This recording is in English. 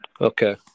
Okay